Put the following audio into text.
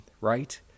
Right